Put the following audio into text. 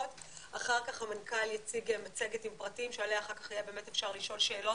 אחר כך המנכ"ל יציג מצגת עם פרטים שעליה אחר כך יהיה אפשר לשאול שאלות,